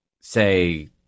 say